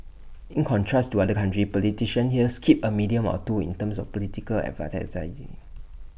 in contrast to other countries politicians here skip A medium or two in terms of political advertising